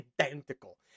identical